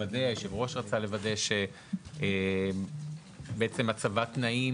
היושב-ראש רצה לוודא שיהיה ברור: שלא יתאפשר להציב תנאים